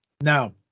now